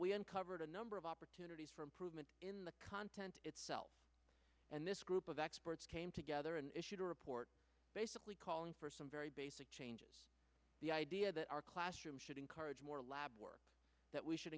we uncovered a number of opportunities for improvement in the content itself and this group of experts came together in issued a report basically calling for some very basic changes the idea that our classrooms should encourage more lab work that we should